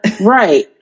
right